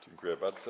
Dziękuję bardzo.